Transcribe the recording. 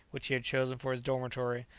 which he had chosen for his dormitory,